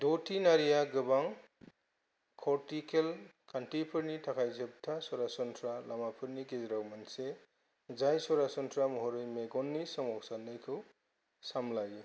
द'थि नारिया गोबां कर्टिकेल खान्थिफोरनि थाखाय जोबथा सरासनस्रा लामाफोरनि गेजेराव मोनसे जाय सरासनस्रा महरै मेगननि सोमावसारनायखौ सामलायो